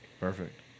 Perfect